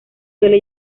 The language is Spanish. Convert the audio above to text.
suele